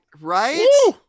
right